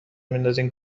میندازین